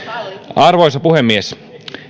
arvoisa puhemies